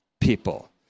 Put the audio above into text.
people